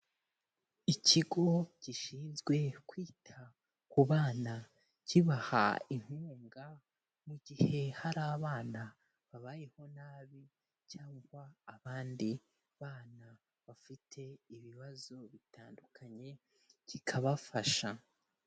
Ikigo gishinzwe kwita ku bana, kibaha inkunga mu gihe hari abana babayeho nabi cyangwa abandi bana bafite ibibazo bitandukanye, kikabafasha.